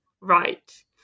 right